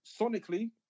sonically